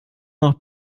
noch